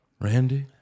Randy